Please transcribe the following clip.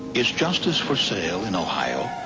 is justice for sale in ohio?